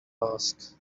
ask